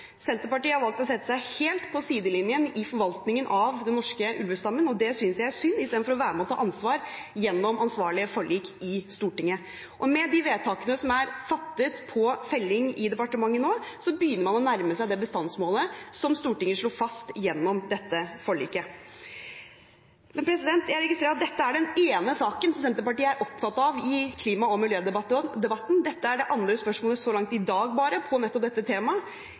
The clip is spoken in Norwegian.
Senterpartiet har valgt å sette seg helt på sidelinjen i forvaltningen av den norske ulvestammen i stedet for å være med og ta ansvar gjennom ansvarlige forlik i Stortinget, og det synes jeg er synd. Og med de vedtakene som er fattet om felling i departementet nå, begynner man å nærme seg det bestandsmålet som Stortinget slo fast gjennom dette forliket. Jeg registrerer at dette er den ene saken som Senterpartiet er opptatt av i klima- og miljødebatten. Dette er det andre spørsmålet så langt bare i dag om dette temaet. Kanskje er det slik at når man står helt på